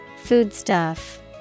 Foodstuff